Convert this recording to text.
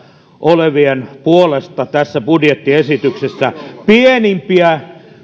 olevien puolella tässä budjettiesityksessä pienimpiä